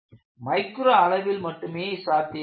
micro அளவில் மட்டுமே சாத்தியமாகும்